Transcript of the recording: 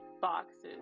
boxes